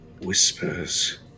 whispers